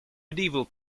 medieval